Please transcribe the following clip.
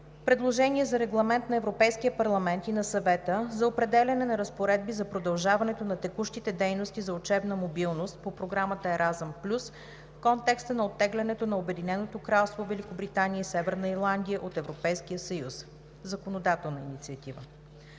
Предложение за Регламент на Европейския парламент и на Съвета за определяне на разпоредби за продължаването на текущите дейности за учебна мобилност по програмата „Еразъм плюс“ в контекста на оттеглянето на Обединеното кралство Великобритания и Северна Ирландия от Европейския съюз (законодателна инициатива).